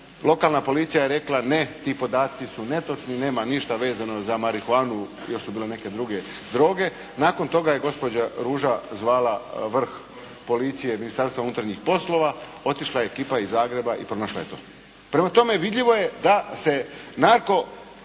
Lokalna policija je rekla ne, ti podaci su netočni, nema ništa vezano za marihanu i još su bile neke druge droge. Nakon toga je gospođa Ruža zvala vrh policije Ministarstvo unutarnjih poslova, otišla je ekipa iz Zagreba i pronašla je to. Prema tome, vidljivo je da se narko